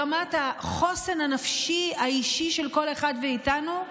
ברמת החוסן הנפשי האישי של כל אחד מאיתנו.